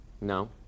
No